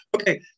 okay